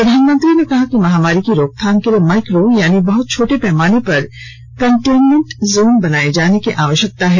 प्रधानमंत्री ने कहा कि महामारी की रोकथाम के लिए माइक्रो यानी बहत छोटे पैमाने पर कंटेंनमेंट जोन बनाए जाने की आवश्यकता है